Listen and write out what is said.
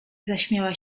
zaśmiała